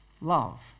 Love